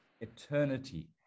Eternity